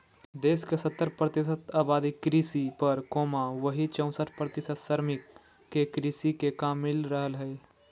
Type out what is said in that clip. देश के सत्तर प्रतिशत आबादी कृषि पर, वहीं चौसठ प्रतिशत श्रमिक के कृषि मे काम मिल रहल हई